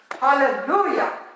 Hallelujah